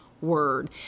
word